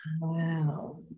Wow